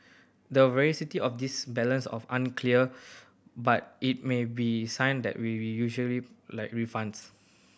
the veracity of this balance of unclear but it may be sign that we'll usually like refunds